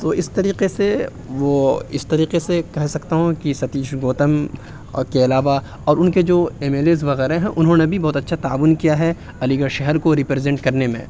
تو اس طریقے سے وہ اس طریقے سے کہہ سکتا ہوں کہ ستیش گوتم اور کے علاوہ اور ان کے جو ایم ایل ایز وغیرہ ہیں انھوں بھی بہت اچھا تعاون کیا ہے علی گڑھ شہر کو ریپرزینٹ کرنے میں